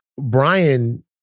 Brian